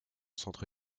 centre